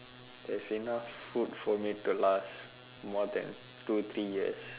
there's enough food for me to last more than two three years